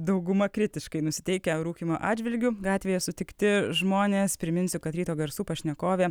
dauguma kritiškai nusiteikę rūkymo atžvilgiu gatvėje sutikti žmonės priminsiu kad ryto garsų pašnekovė